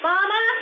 Mama